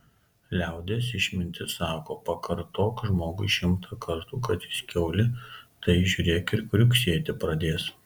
liaudies išmintis sako pakartok žmogui šimtą kartų kad jis kiaulė tai žiūrėk ir kriuksėti pradės